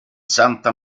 santa